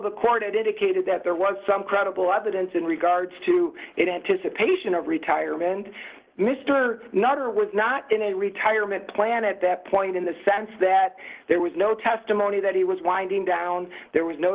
the court indicated that there was some credible evidence in regards to it anticipation of retirement mr nutter was not in a retirement plan at that point in the sense that there was no testimony that he was winding down there was no